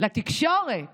לתקשורת